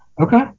Okay